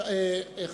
אני מבקש להצביע.